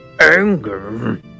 Anger